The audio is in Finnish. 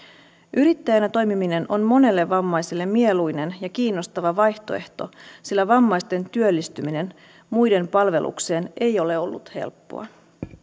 yrittäjänä toimiminen on monelle vammaiselle mieluinen ja kiinnostava vaihtoehto sillä vammaisten työllistyminen muiden palvelukseen ei ole ollut helppoa